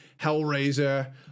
Hellraiser